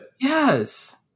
Yes